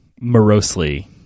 morosely